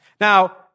Now